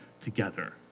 together